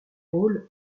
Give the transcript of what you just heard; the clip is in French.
rôles